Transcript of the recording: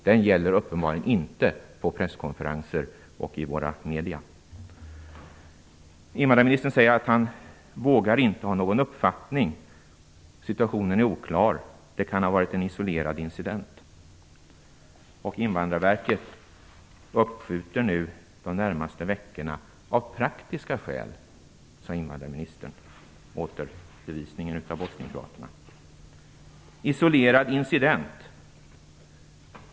Den gäller uppenbarligen inte på presskonferenser och i våra media. Invandrarministern säger att han inte vågar ha någon uppfattning - situationen är oklar, och det kan ha varit en isolerad incident. Invandrarverket uppskjuter nu de närmaste veckorna - av praktiska skäl, sade invandrarministern - återförvisningen av bosnienkroaterna. Isolerad incident!